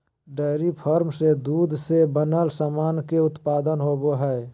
dairy farm से दूध से बनल सामान के उत्पादन होवो हय